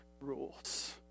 rules